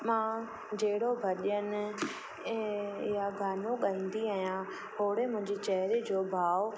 मां जहिड़ो भॼन या गानो गाईंदी आहियां होड़ो मुंहिंजे चहरे जो भाव